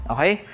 Okay